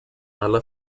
alla